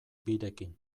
birekin